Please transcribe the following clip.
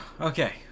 Okay